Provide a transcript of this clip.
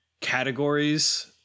categories